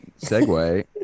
segue